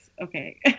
Okay